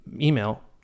email